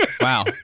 Wow